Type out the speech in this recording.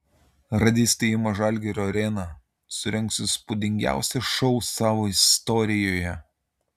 radistai ima žalgirio areną surengs įspūdingiausią šou savo istorijoje